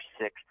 six